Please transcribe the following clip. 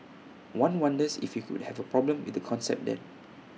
one wonders if he would have A problem with the concept then